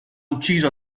ucciso